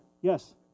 Yes